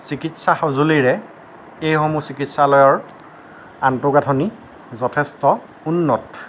চিকিৎসা সঁজুলিৰে এইসমূহ চিকিৎসালয়ৰ আন্তঃগাঠনি যথেষ্ট উন্নত